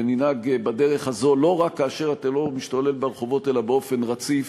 וננהג בדרך הזו לא רק כאשר הטרור משתולל ברחובות אלא באופן רציף.